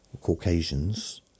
Caucasians